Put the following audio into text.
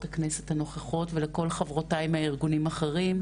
הכנסת הנוכחות ולכל חברותי מהארגונים האחרים.